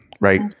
right